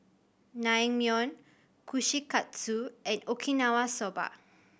Naengmyeon Kushikatsu and Okinawa Soba